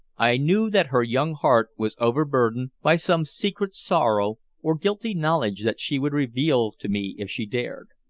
i knew that her young heart was over-burdened by some secret sorrow or guilty knowledge that she would reveal to me if she dared.